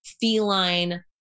feline